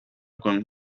con